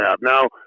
Now